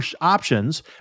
options